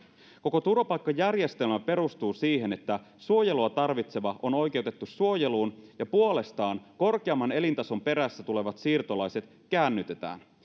koko turvapaikkajärjestelmä perustuu siihen että suojelua tarvitseva on oikeutettu suojeluun ja puolestaan korkeamman elintason perässä tulevat siirtolaiset käännytetään